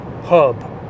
hub